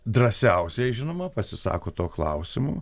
drąsiausieji žinoma pasisako tuo klausimu